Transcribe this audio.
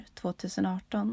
2018